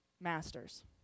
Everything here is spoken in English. masters